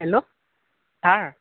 hello sir